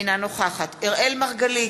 אינה נוכחת אראל מרגלית,